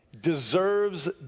deserves